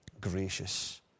gracious